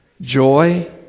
joy